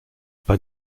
pas